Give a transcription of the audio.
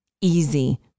easy